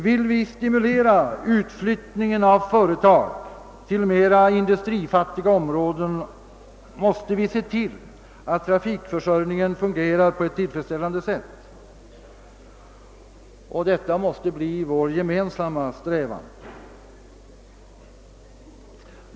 Vill vi stimulera utflyttning av företag till mera industrifattiga områden, måste vi se till att trafikförsörjningen fungerar på ett tillfredsställande sätt, och detta måste bli vår gemensamma strävan.